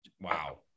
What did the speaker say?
Wow